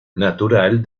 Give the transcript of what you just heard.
natural